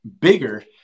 bigger